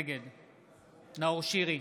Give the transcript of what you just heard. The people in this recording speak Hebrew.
נגד נאור שירי,